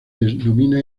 denomina